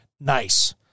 nice